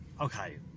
okay